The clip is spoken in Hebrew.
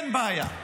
אין בעיה,